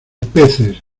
peces